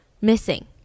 missing